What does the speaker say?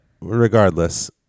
regardless